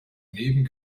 daneben